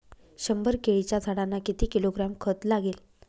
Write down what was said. शंभर केळीच्या झाडांना किती किलोग्रॅम खत लागेल?